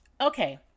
Okay